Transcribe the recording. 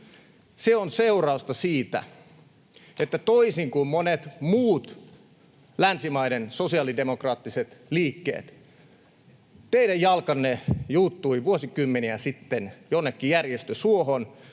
on seurausta siitä, että toisin kuin monilla muilla länsimaisilla sosiaalidemokraattisilla liikkeillä, teidän jalkanne juuttuivat vuosikymmeniä sitten jonnekin järjestösuohon,